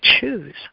choose